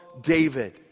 David